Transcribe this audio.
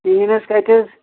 کِہیٖنۍ نَہ حظ کَتہِ حظ